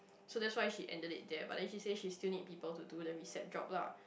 so that's why she ended it there but then she says she still need people to do the receipt job lah